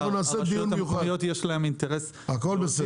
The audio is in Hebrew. לרשויות המקומיות יש אינטרס להוביל